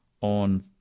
on